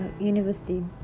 university